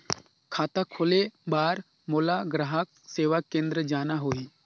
खाता खोले बार मोला ग्राहक सेवा केंद्र जाना होही?